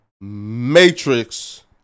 matrix